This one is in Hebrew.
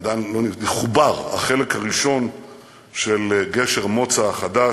עדיין לא, חובר, החלק הראשון של גשר מוצא החדש,